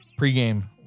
pregame